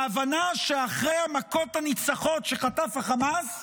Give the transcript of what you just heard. ההבנה שאחרי המכות הניצחות שחטף החמאס,